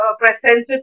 presented